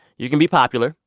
you can be popular,